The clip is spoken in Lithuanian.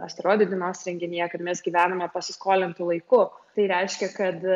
asteroidų dienos renginyje kad mes gyvename pasiskolintu laiku tai reiškia kad